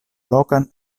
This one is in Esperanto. lokan